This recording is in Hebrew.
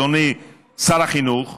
אדוני שר החינוך,